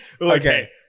Okay